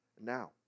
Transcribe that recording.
Now